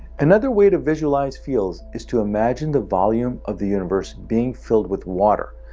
another way to visualize fields is to imagine the volume of the universe being filled with water,